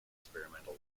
experimental